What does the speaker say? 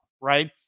Right